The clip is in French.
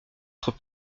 être